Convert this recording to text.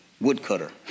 woodcutter